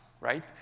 right